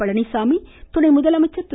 பழனிச்சாமி குணை முதலமைச்சர் திரு